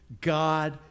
God